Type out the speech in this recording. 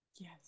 yes